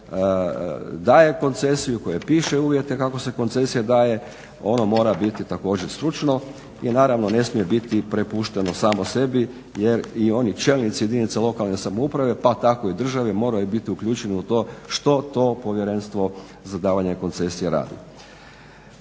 daje koncesiju, koje piše uvjete kako se koncesija daje, ono mora biti također stručno i naravno ne smije biti prepušteno samo sebi jer i oni čelnici jedinica lokalne samouprave pa tako i države moraju biti uključeni u to što to povjerenstvo za davanje koncesija radi.